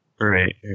Right